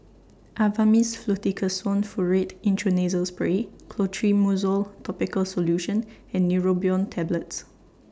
Avamys Fluticasone Furoate Intranasal Spray Clotrimozole Topical Solution and Neurobion Tablets